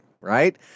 right